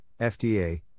FDA